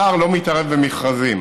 שר לא מתערב במכרזים